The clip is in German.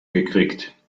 gekriegt